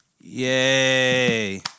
Yay